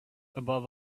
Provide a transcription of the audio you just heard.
above